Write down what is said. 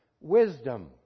wisdom